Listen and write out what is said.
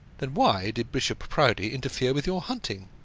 then why did bishop proudie interfere with your hunting?